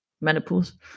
menopause